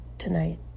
tonight